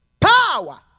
Power